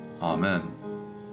Amen